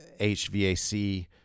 HVAC